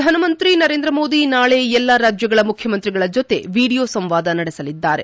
ಪ್ರಧಾನಮಂತ್ರಿ ನರೇಂದ್ರ ಮೋದಿ ನಾಳೆ ಎಲ್ಲಾ ರಾಜ್ಯಗಳ ಮುಖ್ಯಮಂತ್ರಿಗಳ ಜೊತೆ ವಿಡಿಯೋ ಸಂವಾದ ನಡೆಸಲಿದ್ದಾರೆ